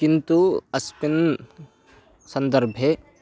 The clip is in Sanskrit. किन्तु अस्मिन् सन्दर्भे